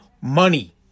money